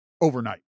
overnight